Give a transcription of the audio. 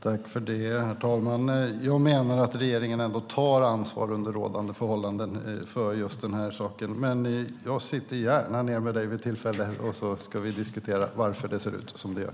Herr talman! Jag menar att regeringen under rådande förhållanden tar ansvar för denna sak. Jag sitter dock gärna ned med dig vid tillfälle och diskuterar varför det ser ut som det gör.